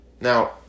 Now